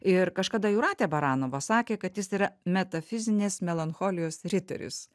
ir kažkada jūratė baranova sakė kad jis yra metafizinės melancholijos riteris